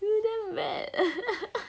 you damn bad